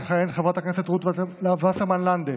הרווחה והבריאות תכהן חברת הכנסת רות וסרמן לנדה